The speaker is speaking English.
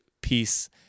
peace